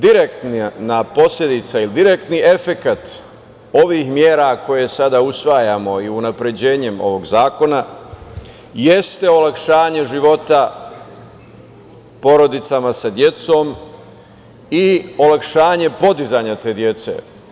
Direktna posledica ili direktni efekat ovih mera koje sada usvajamo i unapređenjem ovog zakona jeste olakšanje života porodicama sa decom i olakšanje podizanja te dece.